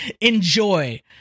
Enjoy